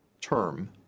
term